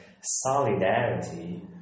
solidarity